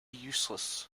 useless